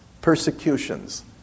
persecutions